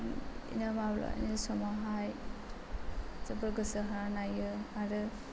बिदिनो माब्लाबानि समावहाय जोबोर गोसो होनानै नायो आरो